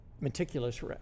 meticulous